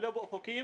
ולא באופקים,